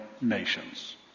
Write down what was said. nations